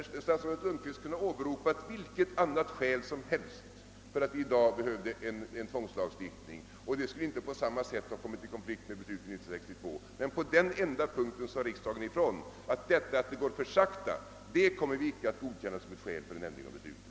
Statsrådet Lundkvist kunde ha åberopat vilket annat skäl som helst för att vi i dag behöver 'en tvångslagstiftning; det skulle inte ha kommit i konflikt med 1962 års beslut på samma sätt. Men på denna enda punkt sade riksdagen ifrån att talet om att det går för sakta kommer vi inte att godkänna som ett skäl för att ändra beslutet.